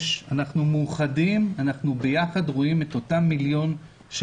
אנחנו מאוחדים ויחד אנחנו רואים את אותם 1.6